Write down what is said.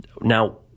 Now